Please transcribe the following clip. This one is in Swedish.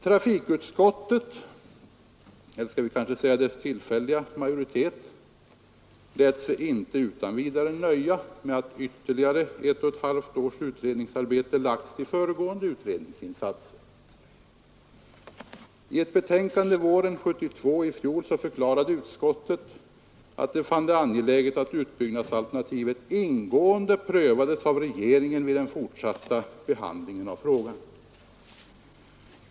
Trafikutskottet — eller skall vi kanske säga dess tillfälliga majoritet — lät sig inte utan vidare nöja med att ytterligare ett och ett halvt års utredningsarbete lagts till föregående utredningsinsatser, I ett betänkande våren 1972 förklarade utskottet att det fann det angeläget att utbyggnadsalternativet ingående prövades av regeringen vid den fortsatta behandlingen av frågan.